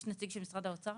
יש פה נציג של משרד האוצר?